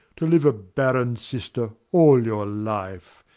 to live a barren sister all your life,